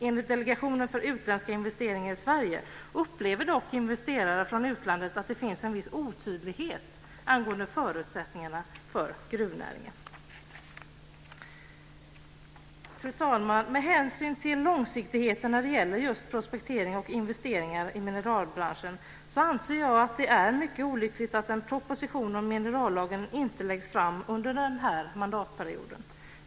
Enligt Delegationen för utländska investeringar i Sverige upplever dock investerare från utlandet att det finns en viss otydlighet angående förutsättningarna för gruvnäringen. Fru talman! Med hänsyn till långsiktigheten när det gäller just prospektering och investeringar i mineralbranschen anser jag att det är mycket olyckligt att en proposition om minerallagen inte läggs fram under den här mandatperioden.